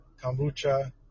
kombucha